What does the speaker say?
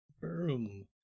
boom